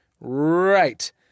right